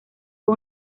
fue